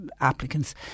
applicants